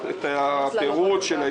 אפשר לקבל פירוט?